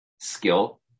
skill